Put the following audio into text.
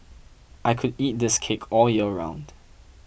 I could eat this cake all year round